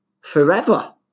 forever